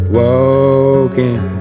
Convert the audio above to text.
walking